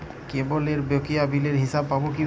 কেবলের বকেয়া বিলের হিসাব পাব কিভাবে?